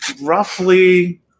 roughly